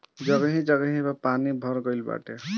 जगही जगही पे पानी भर गइल बाटे